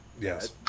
Yes